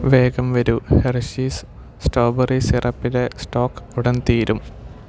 വേഗം വരൂ Hershey's strawberry സിറപ്പ്ടെ സ്റ്റോക് ഉടൻ തീരും